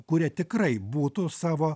kurie tikrai būtų savo